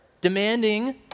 demanding